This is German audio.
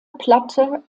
platte